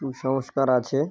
কুসংস্কার আছে